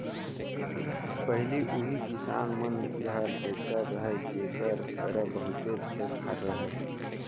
पहिली उही किसान मन घर टेक्टर रहय जेकर करा बहुतेच खेत खार रहय